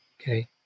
Okay